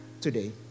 today